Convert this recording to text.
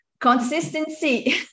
Consistency